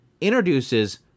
Introduces